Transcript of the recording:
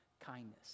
kindness